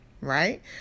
right